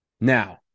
Now